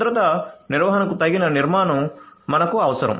భద్రతా నిర్వహణకు తగిన నిర్మాణం మనకు అవసరం